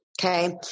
Okay